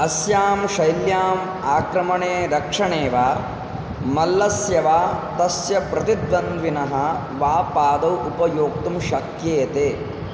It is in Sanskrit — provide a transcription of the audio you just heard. अस्यां शैल्याम् आक्रमणे रक्षणे वा मल्लस्य वा तस्य प्रतिद्वन्द्विनः वा पादौ उपयोक्तुं शक्येते